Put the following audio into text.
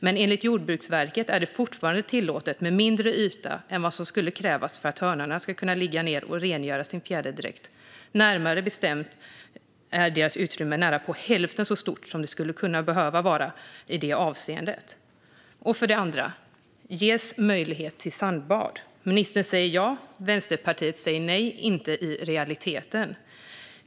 Men enligt Jordbruksverket är det fortfarande tillåtet med mindre yta än vad som skulle krävas för att hönorna ska kunna ligga ned och rengöra sin fjäderdräkt. Deras utrymmen är närmare bestämt nära på hälften så stora som de skulle behöva vara i det avseendet. För det andra: Ges möjlighet till sandbad? Ministern säger ja. Vänsterpartiet säger nej, inte i realiteten.